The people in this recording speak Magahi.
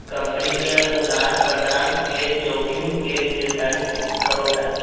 कम्पनी के उधार प्रथा के जोखिम के निर्धारित करो हइ